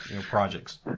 projects